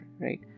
right